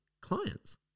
clients